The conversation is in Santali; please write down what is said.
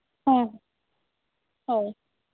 ᱦᱮᱸ ᱦᱳᱭ